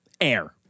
air